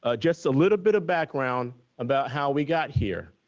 ah just a little bit of background about how we got here.